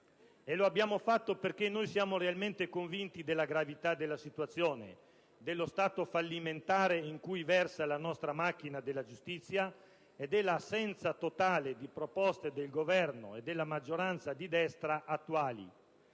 E lo abbiamo fatto perché siamo realmente convinti della gravità della situazione, dello stato fallimentare in cui versa la nostra macchina della giustizia e dell'assenza totale di proposte del Governo e della maggioranza di destra attuali.